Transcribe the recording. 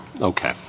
Okay